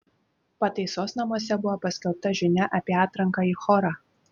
pataisos namuose buvo paskelbta žinia apie atranką į chorą